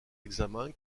examens